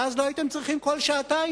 ואז לא הייתם צריכים כל שעתיים